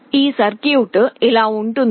ఈ సర్క్యూట్ ఇలా ఉంటుంది